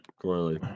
clearly